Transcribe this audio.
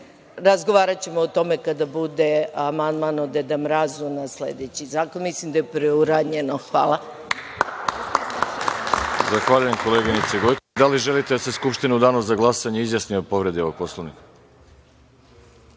razgovaraćemo o tome kada bude amandman o Deda Mrazu na sledeći zakona. Mislim da je preuranjeno. Hvala.